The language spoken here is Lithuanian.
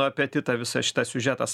apetitą visas šitas siužetas